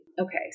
okay